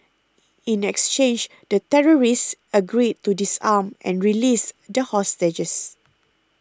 in exchange the terrorists agreed to disarm and released the hostages